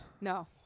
No